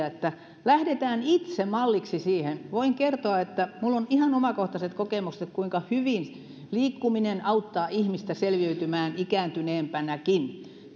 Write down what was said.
että lähdetään itse malliksi siihen voin kertoa että minulla on ihan omakohtaiset kokemukset kuinka hyvin liikkuminen auttaa ihmistä selviytymään ikääntyneempänäkin